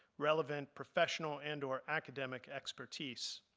relevant, professional and or academic expertise.